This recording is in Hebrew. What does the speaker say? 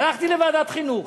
הלכתי לוועדת החינוך.